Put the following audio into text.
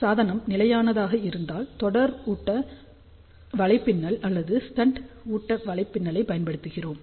சாதனம் நிலையானதாக இருந்தால் தொடர் ஊட்ட வலைப்பின்னல் அல்லது ஷன்ட் ஊட்ட வலைப்பின்னலை பயன்படுத்துகிறோம்